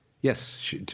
Yes